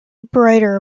brighter